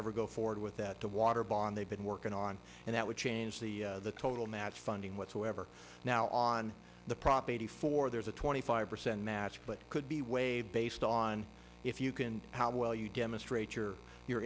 ever go forward with that the water bond they've been working on and that would change the the total match funding whatsoever now on the property for there's a twenty five percent match but could be way based on if you can how well you demonstrate your your